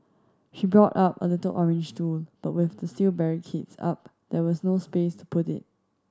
she brought a a little orange stool but with the steel barricades up there was no space to put it